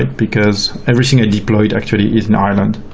because everything i deployed actually is in ireland.